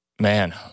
man